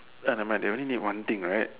I nevermind they only need one thing right